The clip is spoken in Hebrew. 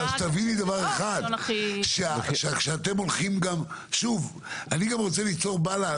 אני גם רוצה להפעיל בלנס